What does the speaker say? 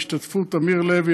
בהשתתפות אמיר לוי,